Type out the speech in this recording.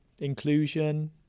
inclusion